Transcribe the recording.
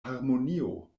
harmonio